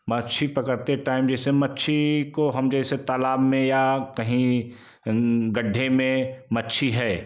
मच्छी पकड़ते टाइम जैसे मच्छी को हम जैसे तालाब में या कहीं गड्ढे में मच्छी है